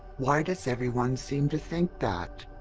why does everyone seem to think that?